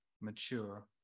mature